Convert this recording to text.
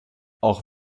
auch